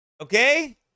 okay